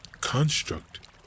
construct